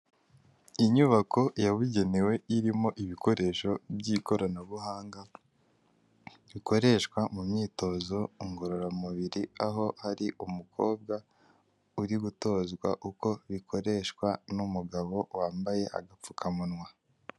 Inyubako yabugenewe irimo ibikoresho by'ikoranabuhanga, rikoreshwa mu myitozo ngororamubiri, aho ari umukobwa uri gutozwa uko bikoreshwa, n'umugabo wambaye agapfukamunwa.